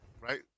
right